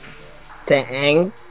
thank